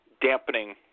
dampening